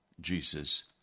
Jesus